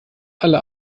alle